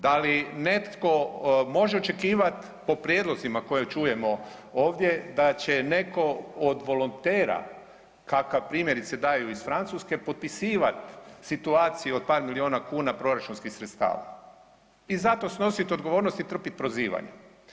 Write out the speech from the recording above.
Da li netko može očekivati po prijedlozima koje čujemo ovdje da će netko od volontera kakav primjerice daju iz Francuske potpisivati situaciju od par milijuna kuna proračunskih sredstava i za to snositi odgovornost i trpiti prozivanje?